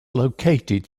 located